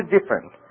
different